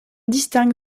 distingue